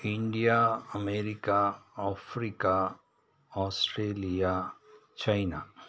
India America Africa Australia China